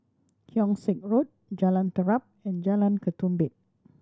Keong Saik Road Jalan Terap and Jalan Ketumbit